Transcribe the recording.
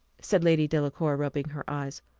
said lady delacour, rubbing her eyes.